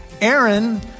Aaron